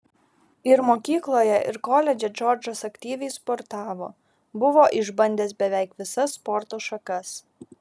ir mokykloje ir koledže džordžas aktyviai sportavo buvo išbandęs beveik visas sporto šakas